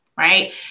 Right